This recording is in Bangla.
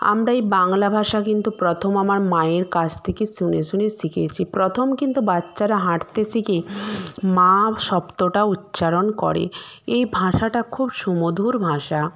আমরা এই বাংলা ভাষা কিন্তু প্রথম আমার মায়ের কাছ থেকে শুনে শুনে শিখেছি প্রথম কিন্তু বাচ্চারা হাঁটতে শিখে মা শব্দটা উচ্চারণ করে এই ভাষাটা খুব সুমধুর ভাষা